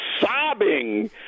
sobbing